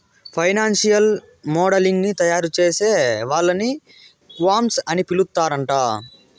financial modelling ని తయారుచేసే వాళ్ళని క్వాంట్స్ అని పిలుత్తరాంట